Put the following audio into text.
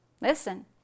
listen